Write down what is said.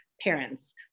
parents